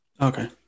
Okay